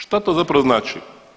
Šta to zapravo znači?